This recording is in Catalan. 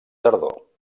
tardor